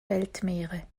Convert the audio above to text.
weltmeere